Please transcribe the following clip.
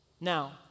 Now